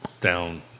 down